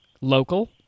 local